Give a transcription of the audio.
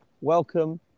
welcome